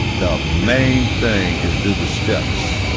the main thing is do the steps.